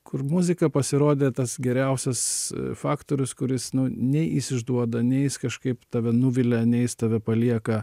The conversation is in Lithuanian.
kur muzika pasirodė tas geriausias faktorius kuris nu nei jis ižduoda nei jis kažkaip tave nuvilia nei jis tave palieka